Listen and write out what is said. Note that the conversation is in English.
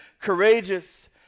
courageous